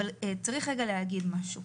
אבל צריך רגע להגיד משהו: